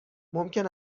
ممکن